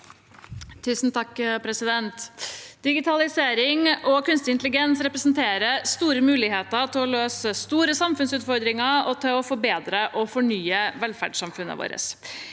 Tung Digitalise- ring og kunstig intelligens representerer store muligheter til å løse store samfunnsutfordringer og til å forbedre og fornye velferdssamfunnet vårt.